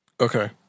Okay